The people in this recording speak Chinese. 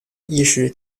医师